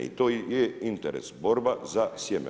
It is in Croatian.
I to je interes, borba za sjeme.